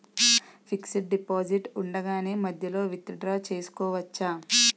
Fixed deposit ఉండగానే మధ్యలో withdraw చేసుకోవచ్చా?